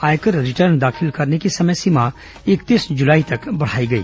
आयकर रिटर्न दाखिल करने की समय सीमा इकतीस जुलाई तक बढ़ाई गई